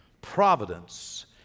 providence